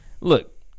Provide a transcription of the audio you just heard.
Look